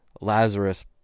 Lazarus